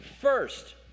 first